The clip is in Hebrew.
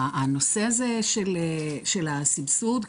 הנושא הזה של הסבסוד,